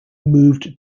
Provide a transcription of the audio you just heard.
moved